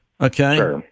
Okay